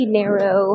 narrow